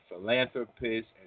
philanthropist